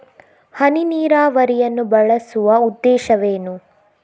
ಹನಿ ನೀರಾವರಿಯನ್ನು ಬಳಸುವ ಉದ್ದೇಶವೇನು?